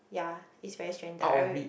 ya is very stranded